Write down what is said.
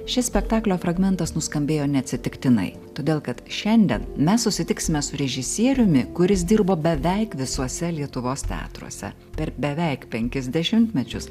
šis spektaklio fragmentas nuskambėjo neatsitiktinai todėl kad šiandien mes susitiksime su režisieriumi kuris dirbo beveik visuose lietuvos teatruose per beveik penkis dešimtmečius